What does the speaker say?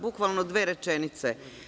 Bukvalno dve rečenice.